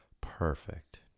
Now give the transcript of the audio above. perfect